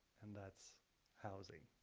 and that's housing.